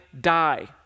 die